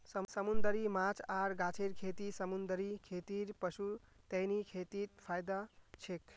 समूंदरी माछ आर गाछेर खेती समूंदरी खेतीर पुश्तैनी खेतीत फयदा छेक